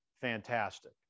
fantastic